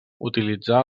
utilitzar